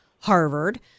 Harvard